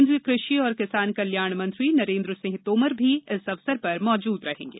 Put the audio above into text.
केन्द्रीय कृषि और किसान कल्याण मंत्री नरेन्द्र सिंह तोमर भी इस अवसर पर मौजूद रहेंगे